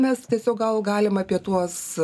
mes tiesiog gal galim apie tuos